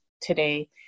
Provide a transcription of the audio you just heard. today